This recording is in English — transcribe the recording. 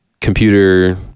computer